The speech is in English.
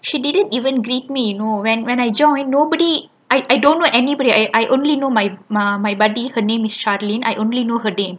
she didn't even greet me no when when I joined nobody I I don't know anybody I I only know my my my buddy her name is shailene I only know her name